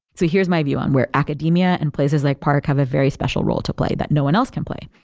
so here's my view on where academia and places like park have a very special role to play that no one else can play.